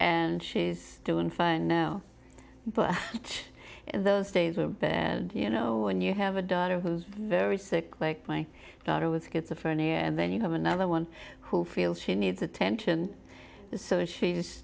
and she's doing fine now but those days were bad you know when you have a daughter who's very sick like my daughter with schizophrenia and then you have another one who feels she needs attention so she's